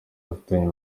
bafitanye